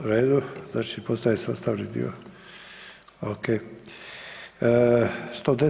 U redu, znači postaje sastavni dio, ok.